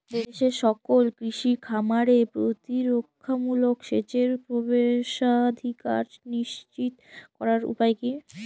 দেশের সকল কৃষি খামারে প্রতিরক্ষামূলক সেচের প্রবেশাধিকার নিশ্চিত করার উপায় কি?